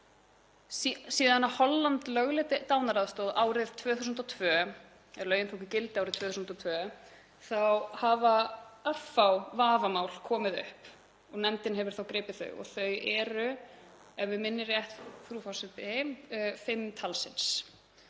Síðan Holland lögleiddi dánaraðstoð árið 2002, lögin tóku gildi árið 2002, hafa örfá vafamál komi upp og nefndin hefur þá gripið þau. Þau eru, ef mig minnir rétt, frú forseti, fimm talsins.